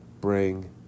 bring